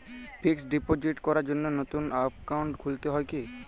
Fix deposit করার জন্য নতুন অ্যাকাউন্ট খুলতে হয় কী?